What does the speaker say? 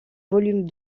volume